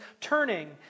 turning